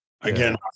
Again